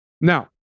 now